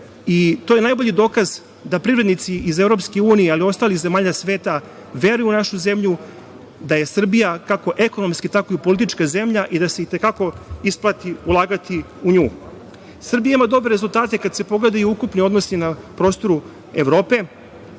To je najbolji dokaz da privrednici iz EU, ali i ostalih zemalja sveta veruju u našu zemlju, da je Srbija kako ekonomski, tako i politička zemlja i da se i te kako isplati ulagati u nju. Srbija ima dobre rezultate kada se pogledaju ukupni odnosi na prostoru Evrope.